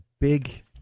big